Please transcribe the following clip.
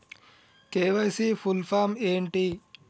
KYC full form ఏంటి?